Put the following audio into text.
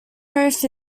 roof